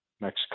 Mexico